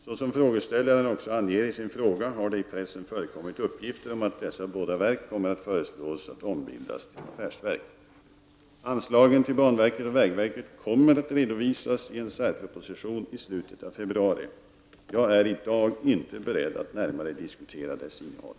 Såsom frågeställaren också anger i sin fråga har det i pressen förekommit uppgifter om att dessa båda verk kommer att föreslås att ombildas till affärsverk. Anslagen till banverket och vägverket kommer att redovisas i en särproposition i slutet av februari. Jag är i dag inte beredd att närmare diskutera dess innehåll.